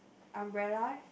umbrella